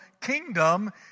kingdom